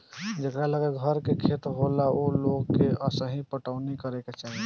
जेकरा लगे घर के खेत होला ओ लोग के असही पटवनी करे के चाही